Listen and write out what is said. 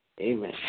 Amen